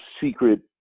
secret